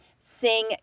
sing